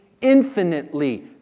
infinitely